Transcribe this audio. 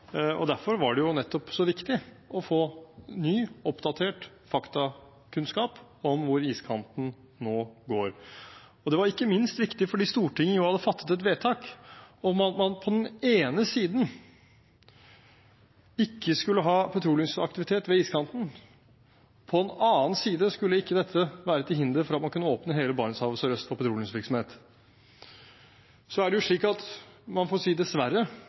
nettopp derfor var det så viktig å få ny, oppdatert faktakunnskap om hvor iskanten nå går. Det var ikke minst viktig fordi Stortinget jo hadde fattet et vedtak om at man på den ene side ikke skulle ha petroleumsaktivitet ved iskanten. På den annen side skulle ikke dette være til hinder for at man kunne åpne hele Barentshavet sørøst for petroleumsvirksomhet. Så er det slik – man får si dessverre